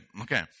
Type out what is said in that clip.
okay